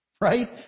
Right